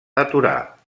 aturar